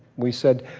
we said,